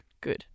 Good